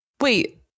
Wait